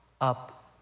up